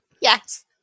Yes